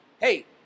Hey